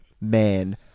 man